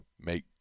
make